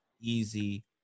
easy